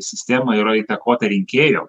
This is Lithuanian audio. sistema yra įtakota rinkėjo